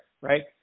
right